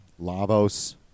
Lavos